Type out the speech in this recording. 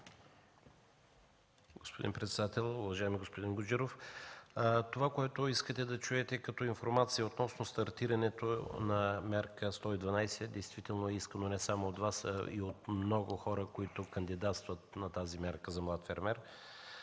Господин председател, уважаеми господин Гуджеров! Това, което искате да чуете като информация относно стартирането на Мярка 112, действително е искано не само от Вас, а и от много хора, които кандидатстват за тази мярка. Да, ние